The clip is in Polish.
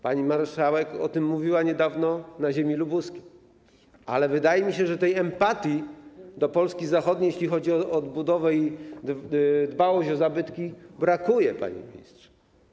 Pani marszałek o tym mówiła niedawno na ziemi lubuskiej, ale wydaje mi się, że tej empatii wobec Polski zachodniej, jeśli chodzi o odbudowę zabytków i dbałość o nie, brakuje, panie ministrze.